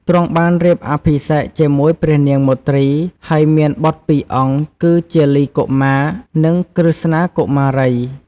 ទ្រង់បានរៀបអភិសេកជាមួយព្រះនាង មទ្រី ហើយមានបុត្រពីរអង្គគឺ ជាលីកុមារ និង ក្រឹស្នាកុមារី។